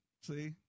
See